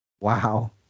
Wow